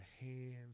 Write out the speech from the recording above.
hands